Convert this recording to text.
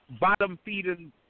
bottom-feeding